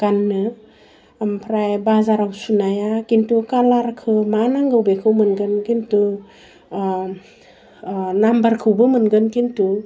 गान्नो ओमफ्राय बाजाराव सुनाया खिन्थु खालारखौ मा नांगौ बेखौ मोनगोन खिन्थु नाम्बारखौबो मोनगोन खिन्थु